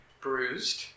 bruised